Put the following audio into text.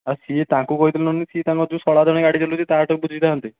ଆ ସିଏ ତାଙ୍କୁ କହିଥିଲେ ନହେଲେ ସିଏ ତାଙ୍କର ଯେଉଁ ଶଳା ଜଣେ ଗାଡ଼ି ଚଲାଉଛି ତା'ଠାରୁ ବୁଝିଥାନ୍ତେ